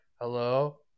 hello